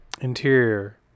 Interior